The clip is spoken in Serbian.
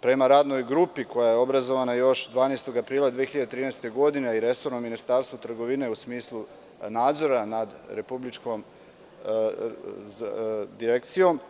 prema radnoj grupi koja je obrazovana još 12. aprila 2013. godine i resorno Ministarstvo trgovine u smislu nadzora nad Republičkom direkcijom.